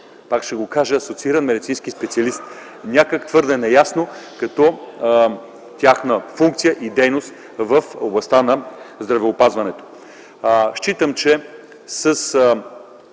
Пак ще го кажа: „асоцииран медицински специалист”. Някак твърде неясно като тяхна функция и дейност в областта на здравеопазването. Считам, че с